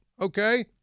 Okay